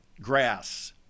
grass